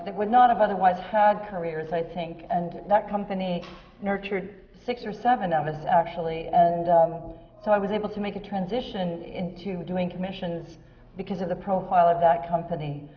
would not have otherwise had careers, i think. and that company nurtured six or seven of us, actually. and so, i was able to make a transition into doing commissions because of the profile of that company.